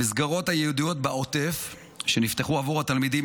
המסגרות הייעודיות בעוטף שנפתחו עבור התלמידים